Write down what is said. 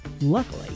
Luckily